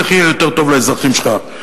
איך יהיה יותר טוב לאזרחים שלך?